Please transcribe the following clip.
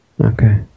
Okay